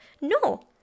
No